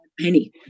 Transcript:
penny